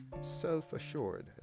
self-assured